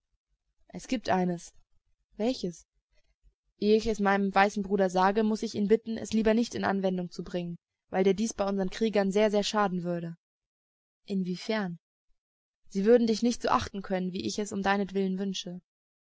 es gibt eines welches ehe ich es meinem weißen bruder sage muß ich ihn bitten es lieber nicht in anwendung zu bringen weil dir dies bei unsern kriegern sehr sehr schaden würde inwiefern sie würden dich nicht so achten können wie ich es um deinetwillen wünsche